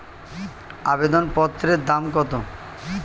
আবেদন পত্রের দাম কত?